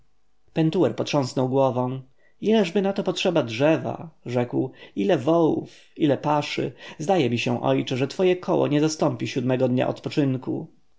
pentuer potrząsnął głową ileżby na to potrzeba drzewa rzekł ile wołów ile paszy zdaje mi się ojcze że twoje koło nie zastąpi siódmego dnia odpoczynku